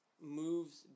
Moves